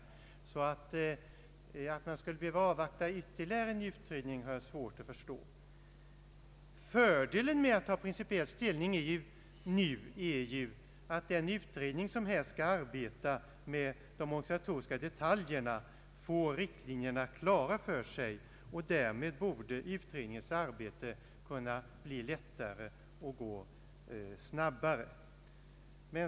Jag har därför svårt att förstå att man skulle behöva avvakta resuliatet av ytterligare en utredning. Fördelen med att nu ta principiell ställning är ju att den utredning, som skall arbeta med de organisatoriska detaljerna, får riktlinjerna klara för sig. Därmed borde utredningens arbete kunna bli lättare och kunna gå snabbare.